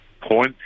point